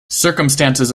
circumstances